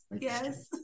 yes